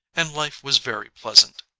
and life was very pleasant.